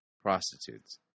prostitutes